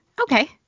Okay